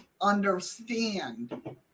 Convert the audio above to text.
understand